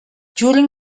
during